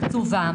קצובה,